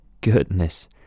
Goodness